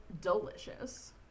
delicious